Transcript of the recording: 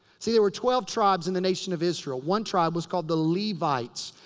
see, there were twelve tribes in the nation of israel. one tribe was called the levites.